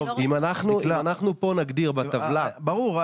אם אנחנו פה נגדיר --- נעה,